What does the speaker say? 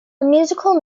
musical